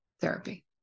therapy